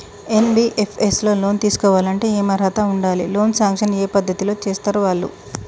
NBFS లో loan తీస్కోవాలంటే ఏం అర్హత ఉండాలి? లోన్ సాంక్షన్ ఏ పద్ధతి లో చేస్తరు వాళ్లు?